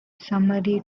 summary